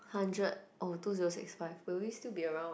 hundred oh two zero six five will we still be around ah